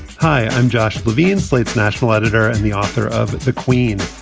hi, i'm josh levine, slate's national editor and the author of the queen,